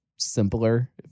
simpler